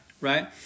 right